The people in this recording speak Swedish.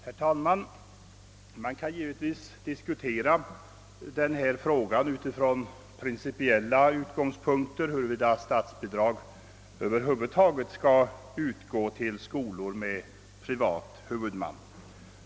Herr talman! Man kan givetvis diskutera denna fråga utifrån principiella utgångspunkter, alltså huruvida statsbidrag över huvud taget skall utgå till skolor med privat huvudman.